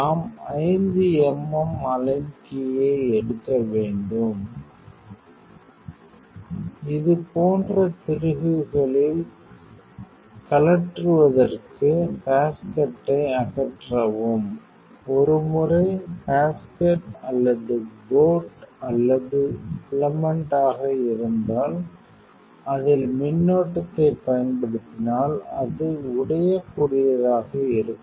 நாம் 5mm align கீயை எடுக்கவேண்டும் இது போன்ற திருகுகளில் கழற்றுவதற்கு பேஸ்கெட்டை அகற்றவும் ஒருமுறை பேஸ்கெட் அல்லது போட் அல்லது பிலமென்ட் ஆக இருந்தால் அதில் மின்னோட்டத்தைப் பயன்படுத்தினால் அது உடையக்கூடியதாக இருக்கும்